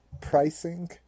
pricing